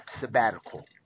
sabbatical